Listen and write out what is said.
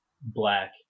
Black